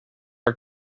our